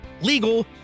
legal